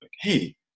hey